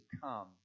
come